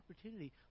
opportunity